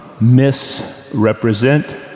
misrepresent